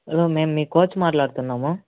hello మేము మీ coach మాట్లాడుతున్నాము